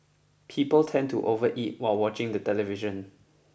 people tend to overeat while watching the television